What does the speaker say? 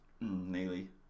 Nearly